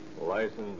License